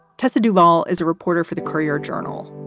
tessa duvall is a reporter for the courier journal.